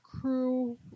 crew